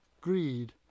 Greed